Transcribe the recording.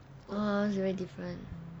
oh it's very different